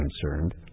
concerned